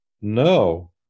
no